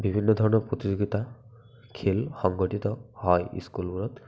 বিভিন্ন ধৰণৰ প্ৰতিযোগীতা খেল সংগঠিত হয় স্কুলবোৰত